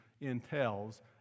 entails